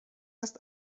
است